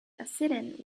accidents